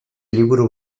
liburu